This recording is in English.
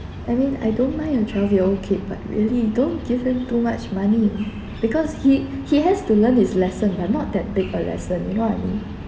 I mean I don't mind a twelve year old kid but really don't give him too much money because he he has to learn his lesson but not that big a lesson you know what I mean